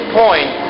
point